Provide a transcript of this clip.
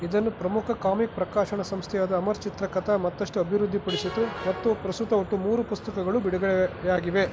ಇದನ್ನು ಪ್ರಮುಖ ಕಾಮಿಕ್ ಪ್ರಕಾಶನ ಸಂಸ್ಥೆಯಾದ ಅಮರ್ ಚಿತ್ರ ಕಥಾ ಮತ್ತಷ್ಟು ಅಭಿವೃದ್ಧಿಪಡಿಸಿತು ಮತ್ತು ಪ್ರಸ್ತುತ ಒಟ್ಟು ಮೂರು ಪುಸ್ತಕಗಳು ಬಿಡುಗಡೆ ಯಾಗಿವೆ